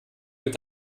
mit